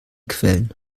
quellen